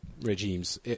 regimes